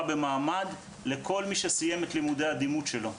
במעמד לכל מי שסיים את לימודי הדימות שלו.